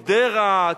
גדרה,